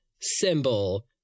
symbol